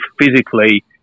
physically